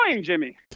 Jimmy